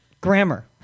grammar